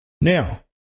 now